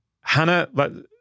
Hannah